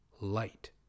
light